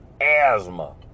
asthma